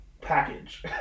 package